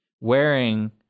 Wearing